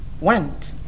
went